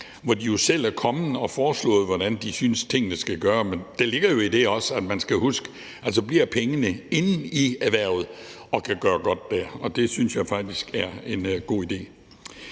jo selv kommet med forslag og har sagt, hvordan de synes tingene skal gøres. Men der ligger jo også i det, at man skal huske, at pengene bliver i erhvervet og kan gøre godt der. Det synes jeg faktisk er en god idé.